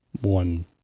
one